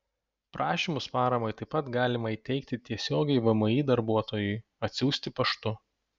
prašymus paramai taip pat galima įteikti tiesiogiai vmi darbuotojui atsiųsti paštu